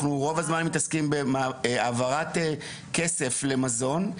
רוב הזמן אנחנו מתעסקים בהעברת כסף למזון.